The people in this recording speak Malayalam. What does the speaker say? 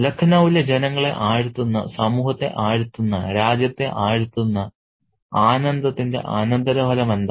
ലഖ്നൌവിലെ ജനങ്ങളെ ആഴ്ത്തുന്ന സമൂഹത്തെ ആഴ്ത്തുന്ന രാജ്യത്തെ ആഴ്ത്തുന്ന ആനന്ദത്തിന്റെ അനന്തരഫലം എന്താണ്